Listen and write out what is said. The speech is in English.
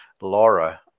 Laura